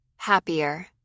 Happier